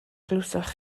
glywsoch